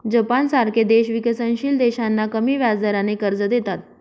जपानसारखे देश विकसनशील देशांना कमी व्याजदराने कर्ज देतात